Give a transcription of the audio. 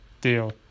deal